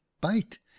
bite